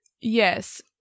Yes